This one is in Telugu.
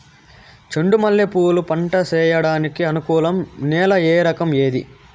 చెండు మల్లె పూలు పంట సేయడానికి అనుకూలం నేల రకం ఏది